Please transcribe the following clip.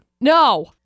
No